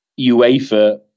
UEFA